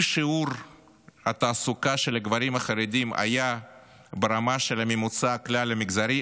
אם שיעורם בתעסוקה של הגברים החרדים היה ברמה של הממוצע הכלל-מגזרי,